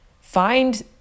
find